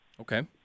Okay